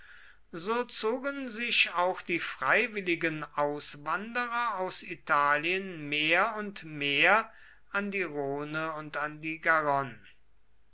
so zogen sich auch die freiwilligen auswanderer aus italien mehr und mehr an die rhone und die garonne